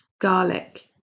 Garlic